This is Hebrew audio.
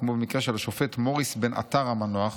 כמו במקרה של השופט מוריס בן עטר המנוח,